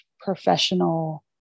professional